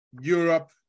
Europe